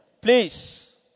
Please